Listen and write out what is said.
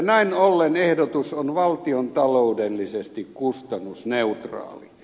näin ollen ehdotus on valtiontaloudellisesti kustannusneutraali